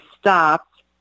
stopped